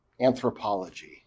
anthropology